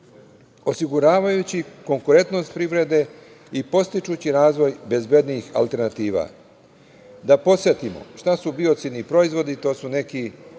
osiguravajući konkurentnost privrede i podstičući razvoj bezbednijih alternativa. Da podsetimo šta su biocidni proizvodi, to su neki